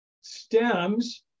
stems